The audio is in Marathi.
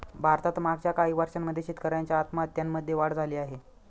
भारतात मागच्या काही वर्षांमध्ये शेतकऱ्यांच्या आत्महत्यांमध्ये वाढ झाली आहे